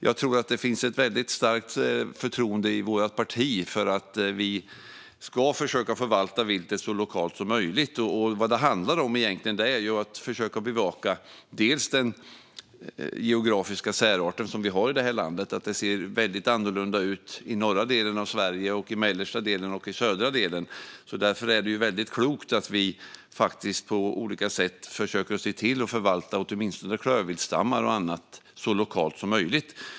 Jag tror att det finns ett väldigt starkt förtroende i vårt parti för att försöka förvalta viltet så lokalt som möjligt. Vad det handlar om är att försöka bevaka den geografiska särart som vi har i det här landet. Det ser ju väldigt olika ut i norra delen och i mellersta delen och i södra delen av Sverige. Därför är det klokt att vi på olika sätt försöker se till att förvalta åtminstone klövviltstammar så lokalt som möjligt.